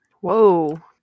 Whoa